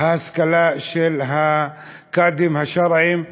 ההשכלה של הקאדים השרעיים,